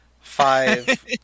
five